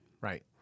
Right